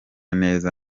neza